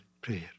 prayer